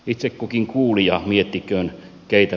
itse kukin kuulija miettiköön keitä